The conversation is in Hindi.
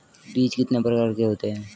बीज कितने प्रकार के होते हैं?